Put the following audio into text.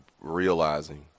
realizing